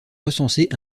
recensés